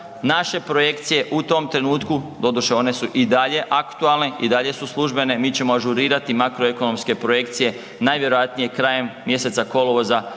naše projekcije u tom trenutku, doduše one su i dalje aktualne, i dalje su službene, mi ćemo ažurirati makroekonomske projekcije najvjerojatnije krajem mjeseca kolovoza,